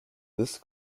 this